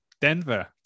denver